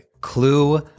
Clue